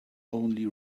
only